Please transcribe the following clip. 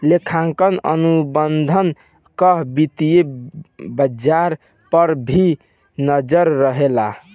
लेखांकन अनुसंधान कअ वित्तीय बाजार पअ भी नजर रहेला